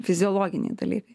fiziologiniai dalykai